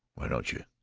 why don't you?